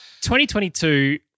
2022